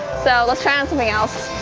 so, let's try on something else.